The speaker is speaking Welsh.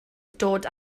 dod